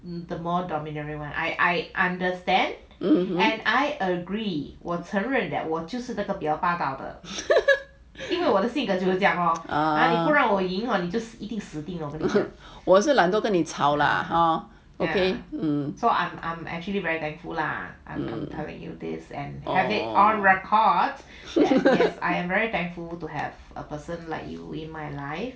我只是懒得跟你吵 orh orh orh